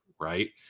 right